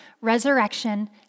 resurrection